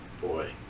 Boy